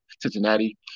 Cincinnati